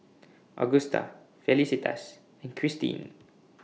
Augusta Felicitas and Christine